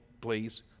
please